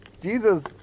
Jesus